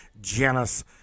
Janus